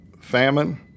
famine